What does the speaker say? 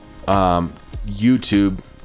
YouTube